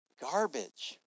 garbage